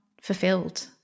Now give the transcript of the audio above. fulfilled